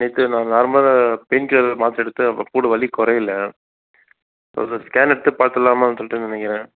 நேற்று நான் நார்மலாக பெய்ன் கில்லர் மாத்திரை எடுத்த அப்போக்கூட வலி குறையில ஒரு ஸ்கேன் எடுத்து பார்த்துடலாமான்னு சொல்லிட்டு நினைக்குறேன்